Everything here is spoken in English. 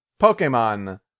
Pokemon